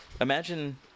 imagine